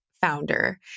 founder